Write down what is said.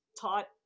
taught